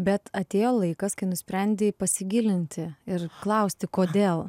bet atėjo laikas kai nusprendei pasigilinti ir klausti kodėl